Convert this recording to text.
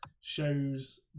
shows